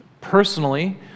personally